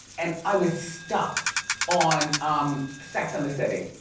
and i was stuck on um sex and the city,